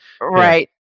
Right